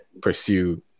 pursue